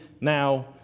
now